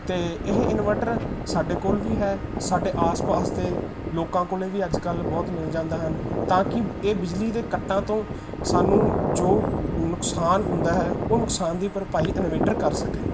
ਅਤੇ ਇਹ ਇਨਵਰਟਰ ਸਾਡੇ ਕੋਲ ਵੀ ਹੈ ਸਾਡੇ ਆਸ ਪਾਸ ਦੇ ਲੋਕਾਂ ਕੋਲ ਵੀ ਅੱਜ ਕੱਲ੍ਹ ਬਹੁਤ ਮਿਲ ਜਾਂਦਾ ਹਨ ਤਾਂ ਕਿ ਇਹ ਬਿਜਲੀ ਦੇ ਕੱਟਾਂ ਤੋਂ ਸਾਨੂੰ ਜੋ ਨੁਕਸਾਨ ਹੁੰਦਾ ਹੈ ਉਹ ਨੁਕਸਾਨ ਦੀ ਭਰਪਾਈ ਇਨਵੇਟਰ ਕਰ ਸਕੇ